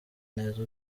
neza